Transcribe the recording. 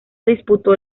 disputó